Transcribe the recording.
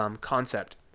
concept